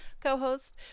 co-host